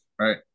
right